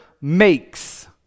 makes